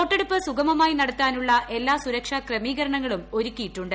വോട്ടെടുപ്പ് സുഗമമായി നടത്താനുള്ള എല്ലാ സുരക്ഷാ ക്രമീകരണങ്ങളും ഒരുക്കിയിട്ടുണ്ട്